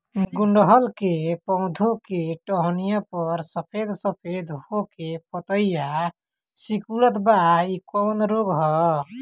गुड़हल के पधौ के टहनियाँ पर सफेद सफेद हो के पतईया सुकुड़त बा इ कवन रोग ह?